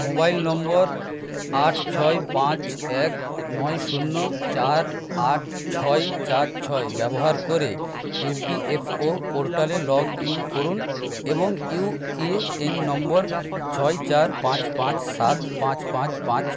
mobile number আট ছয় পাঁচ এক নয় শূন্য চার আট ছয় চার ছয় ব্যবহার করে ইউপিএফও পোর্টালে লগ ইন করুন এবং ইউএএন নম্বর ছয় চার পাঁচ পাঁচ সাত পাঁচ পাঁচ পাঁচ